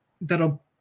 that'll